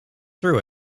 through